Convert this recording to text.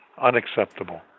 unacceptable